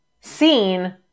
seen